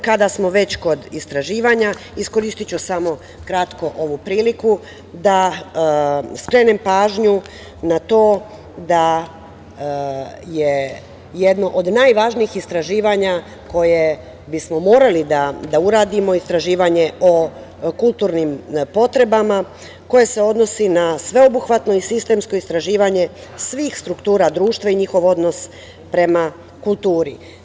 Kada smo već kod istraživanja, iskoristiću samo kratko ovu priliku da skrenem pažnju na to da je jedno od najvažnijih istraživanja koje bismo morali da uradimo – istraživanje o kulturnim potrebama, a koje se odnosi na sveobuhvatno i sistemsko istraživanje svih struktura društva i njihov odnos prema kulturi.